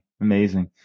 Amazing